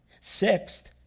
Sixth